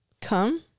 come